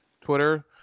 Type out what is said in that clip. Twitter